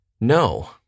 No